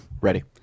Ready